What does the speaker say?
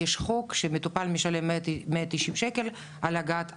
יש חוק שמטופל משלם 190 שקל על הגעת אמבולנס.